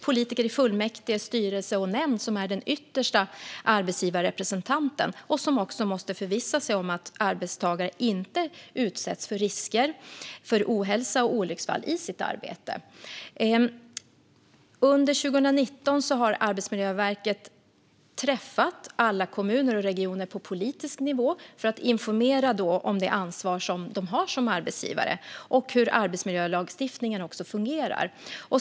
Politiker i fullmäktige, styrelse och nämnd är de yttersta arbetsgivarrepresentanterna och måste förvissa sig om att arbetstagare inte utsätts för risker eller drabbas av ohälsa och olycksfall i arbetet. Under 2019 har Arbetsmiljöverket träffat alla kommuner och regioner på politisk nivå för att informera om det ansvar de har som arbetsgivare och om hur arbetsmiljölagstiftningen fungerar.